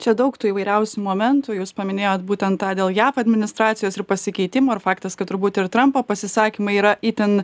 čia daug tų įvairiausių momentų jūs paminėjot būtent tą dėl jav administracijos ir pasikeitimo ir faktas kad turbūt ir trampo pasisakymai yra itin